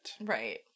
right